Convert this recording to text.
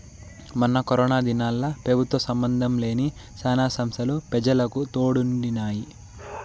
మొన్న కరోనా దినాల్ల పెబుత్వ సంబందం లేని శానా సంస్తలు పెజలకు తోడుండినాయి